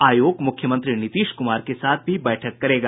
आयोग मुख्यमंत्री नीतीश कुमार के साथ भी बैठक करेगा